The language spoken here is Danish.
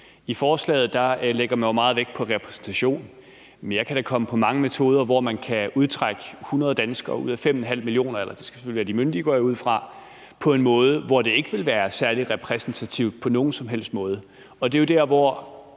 I forslaget lægger man jo meget vægt på repræsentation, men jeg kan da komme på mange metoder, hvor man kan udtrække 100 danskere ud af 5½ millioner – eller det skal selvfølgelig være de myndige, går jeg ud fra – på en måde, hvor det ikke ville være særlig repræsentativt på nogen som helst måde. Det er jo der, hvor